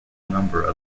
number